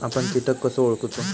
आपन कीटक कसो ओळखूचो?